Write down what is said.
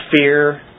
fear